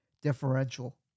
differential